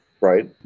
right